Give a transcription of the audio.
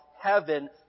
Heaven